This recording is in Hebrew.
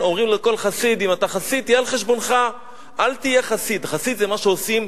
אם אני מתנהג בחסידות מסוימת ומשהו מסוים אני לא עושה,